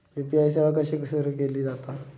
UPI सेवा कशी सुरू केली जाता?